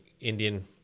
Indian